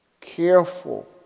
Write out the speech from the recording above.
Careful